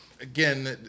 Again